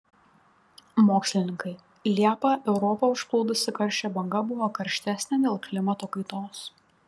mokslininkai liepą europą užplūdusi karščio banga buvo karštesnė dėl klimato kaitos